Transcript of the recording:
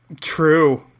True